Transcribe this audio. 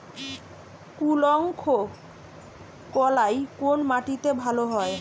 কুলত্থ কলাই কোন মাটিতে ভালো হয়?